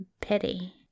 Pity